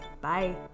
Bye